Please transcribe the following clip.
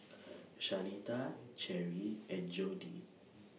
Shanita Cherri and Jodie